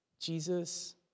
Jesus